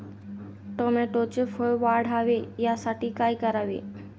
टोमॅटोचे फळ वाढावे यासाठी काय करावे?